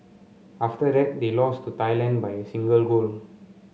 after that they lost to Thailand by a single goal